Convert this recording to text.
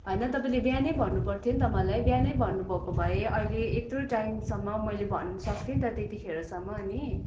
होइन तपाईँले बिहानै भन्नु पर्थ्यो नि त मलाई बिहानै भन्नु भएको भए अहिले यत्रो टाइमसम्म मैले भन्नु सक्थेँ नि त त्यतिखेरसम्म अनि